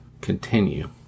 Continue